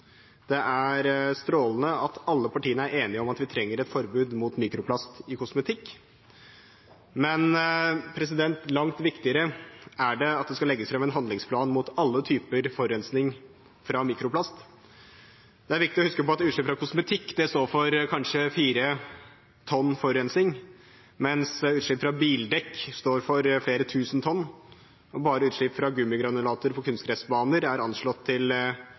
Det er strålende at alle partiene er enige om at vi trenger et forbud mot mikroplast i kosmetikk, men langt viktigere er det at det skal legges fram en handlingsplan mot alle typer forurensning fra mikroplast. Det er viktig å huske på at utslipp fra kosmetikk står for kanskje 4 tonn forurensning, mens utslipp fra bildekk står for flere tusen tonn. Bare utslipp fra gummigranulater fra kunstgressbaner er anslått til